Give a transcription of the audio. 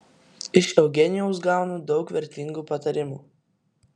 iš eugenijaus gaunu daug vertingų patarimų